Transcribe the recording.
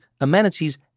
amenities